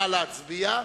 נא להצביע.